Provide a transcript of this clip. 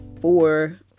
four